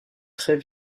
très